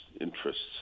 interests